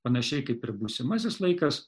panašiai kaip ir būsimasis laikas